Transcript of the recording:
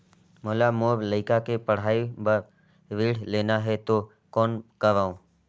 मोला मोर लइका के पढ़ाई बर ऋण लेना है तो कौन करव?